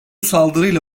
saldırıyla